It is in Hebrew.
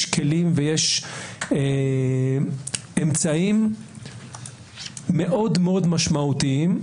כלים ויש אמצעים מאוד מאוד משמעותיים.